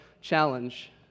challenge